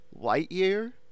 Lightyear